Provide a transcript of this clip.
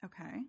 okay